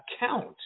account